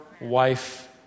wife